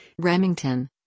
Remington